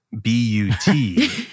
B-U-T